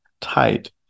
tight